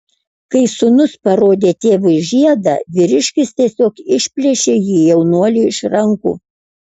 kai sūnus parodė tėvui žiedą vyriškis tiesiog išplėšė jį jaunuoliui iš rankų